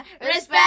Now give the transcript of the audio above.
respect